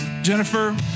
Jennifer